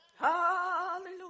hallelujah